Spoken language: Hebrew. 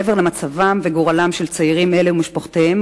מעבר למצבם ולגורלם של צעירים אלה ומשפחותיהם,